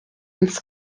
ins